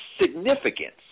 significance